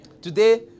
Today